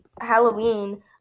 Halloween